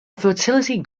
fertility